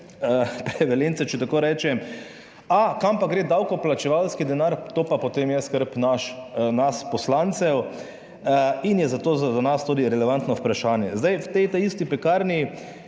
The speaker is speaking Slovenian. prevalence, če tako rečem. Kam pa gre davkoplačevalski denar, to pa potem je skrb nas, poslancev in je za to, za nas tudi relevantno vprašanje. Zdaj, v tej ta isti pekarni,